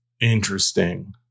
Interesting